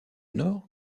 nord